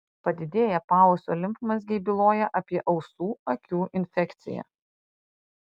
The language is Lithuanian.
padidėję paausio limfmazgiai byloja apie ausų akių infekciją